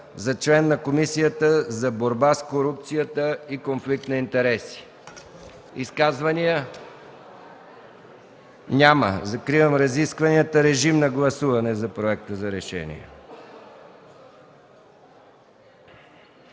за член на Комисията за борба с корупцията и конфликт на интереси.” Изказвания? Няма. Закривам разискванията. Моля, гласувайте за Проекта за решение.